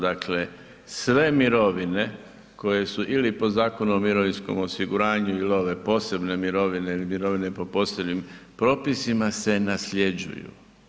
Dakle, sve mirovine koje su ili po Zakonu o mirovinskom osiguranju ili ove posebne mirovine ili mirovine po posebnim propisima se nasljeđuju.